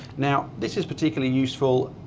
now this is particularly useful.